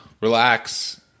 Relax